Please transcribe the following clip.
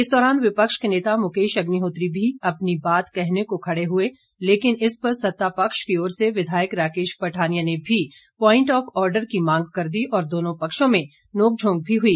इस दौरान विपक्ष के नेता मुकेश अग्निहोत्री भी अपनी बात कहने को खड़े हुए लेकिन इस पर सत्ता पक्ष की ओर से विधायक राकेश पठानिया ने भी प्वाइंट ऑफ आर्डर की मांग कर दी और दोनों पक्षों में नोंकझोंक भी हुई